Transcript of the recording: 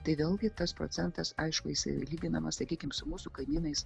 tai vėlgi tas procentas aišku jisai lyginamas sakykim su mūsų kaimynais